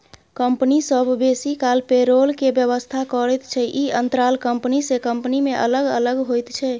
company सब बेसी काल पेरोल के व्यवस्था करैत छै, ई अंतराल कंपनी से कंपनी में अलग अलग होइत छै